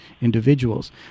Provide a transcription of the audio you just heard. individuals